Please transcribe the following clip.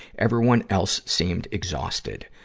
everyone else seemed exhausted.